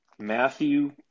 Matthew